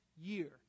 year